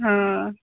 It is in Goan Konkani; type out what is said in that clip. हां